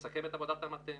לסכם את עבודת המטה.